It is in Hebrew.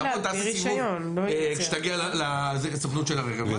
תבוא לעשות סיבוב כשתגיע לסוכנות של הרכב.